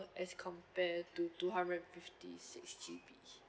as compare to two hundred and fifty six G_B